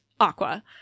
aqua